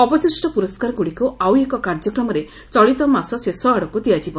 ଅବଶିଷ୍ଟ ପୁରସ୍କାରଗୁଡ଼ିକୁ ଆଉ ଏକ କାର୍ଯ୍ୟକ୍ରମରେ ଚଳିତ ମାସ ଶେଷ ଆଡ଼କୁ ଦିଆଯିବ